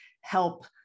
help